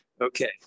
Okay